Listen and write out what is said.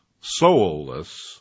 soulless